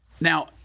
Now